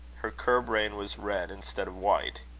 her curb-rein was red instead of white.